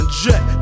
jet